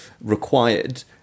required